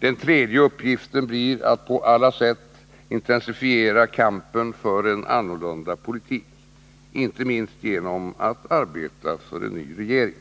Den tredje uppgiften blir att på alla sätt intensifiera kampen för en annorlunda politik, inte minst genom att arbeta för att få en ny regering.